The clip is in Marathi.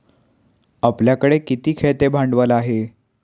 आपल्याकडे किती खेळते भांडवल आहे?